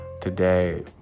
today